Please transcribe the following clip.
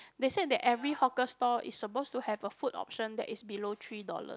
they say that every hawker store is suppose to have a food option that is below three dollars